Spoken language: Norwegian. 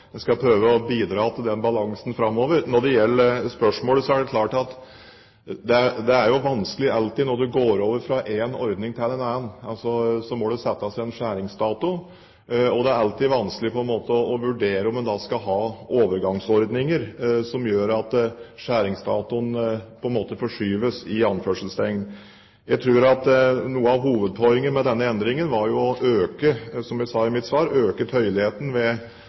skal prøve å bidra til den balansen framover. Når det gjelder spørsmålet: Det er klart at det alltid er vanskelig når en går over fra en ordning til en annen. Det må settes en skjæringsdato, og det er alltid vanskelig å vurdere om en skal ha overgangsordninger som gjør at skjæringsdatoen på en måte «forskyves». Noe av hovedpoenget med denne endringen var jo – som jeg sa i mitt svar – å øke